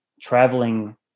traveling